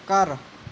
ਘਰ